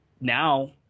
now